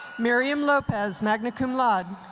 miriam lopez, magna cum laude.